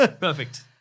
Perfect